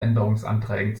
änderungsanträgen